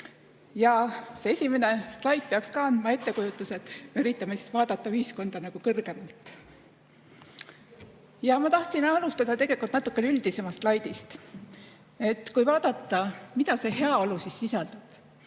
See esimene slaid peaks andma ettekujutuse. Me üritame vaadata ühiskonda kõrgemalt. Ma tahtsin alustada tegelikult natukene üldisemast slaidist. Kui vaadata, mida see heaolu sisaldab,